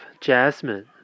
jasmine